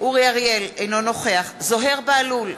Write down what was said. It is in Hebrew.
אינו נוכח זוהיר בהלול,